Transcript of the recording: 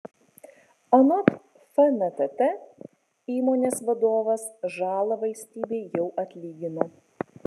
anot fntt įmonės vadovas žalą valstybei jau atlygino